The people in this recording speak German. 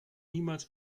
niemals